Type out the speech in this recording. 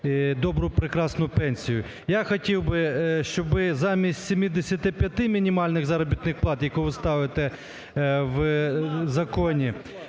добру прекрасну пенсію. Я би хотів, щоби заміст 75 мінімальних заробітних плат, яку ви ставите у законі,